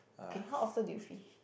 okay how often do you fish